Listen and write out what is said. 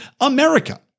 America